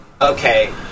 okay